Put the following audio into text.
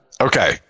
Okay